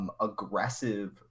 aggressive